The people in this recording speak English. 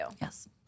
Yes